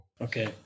Okay